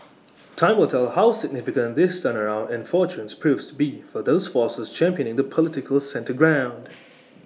time will tell how significant this turnaround in fortunes proves to be for those forces championing the political centre ground